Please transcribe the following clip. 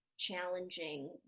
challenging